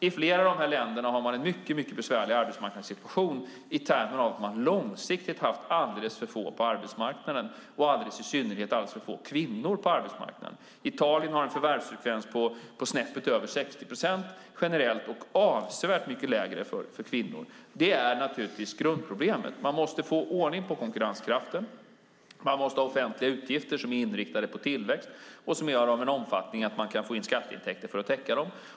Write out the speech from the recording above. I flera av dessa länder har man en mycket besvärlig arbetsmarknadssituation i termer av att man långsiktigt haft alldeles för få på arbetsmarknaden, i synnerhet alldeles för få kvinnor. Italien har en förvärvsfrekvens på snäppet över 60 procent generellt, och den är avsevärt mycket lägre för kvinnor. Det är grundproblemet. Man måste få ordning på konkurrenskraften. Man måste ha offentliga utgifter som är inriktade på tillväxt och som är av den omfattningen att man kan få in skatteintäkter för att täcka dem.